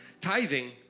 Tithing